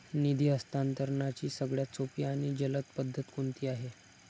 निधी हस्तांतरणाची सगळ्यात सोपी आणि जलद पद्धत कोणती आहे?